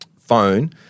phone